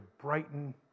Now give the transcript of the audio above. brighten